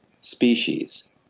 species